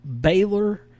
Baylor